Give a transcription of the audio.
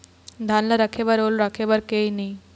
धान ला रखे बर ओल राखे बर हे कि नई?